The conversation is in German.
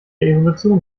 evolution